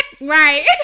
right